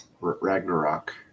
Ragnarok